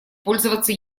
пользоваться